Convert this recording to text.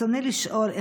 רצוני לשאול: